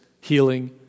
healing